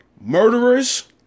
murderers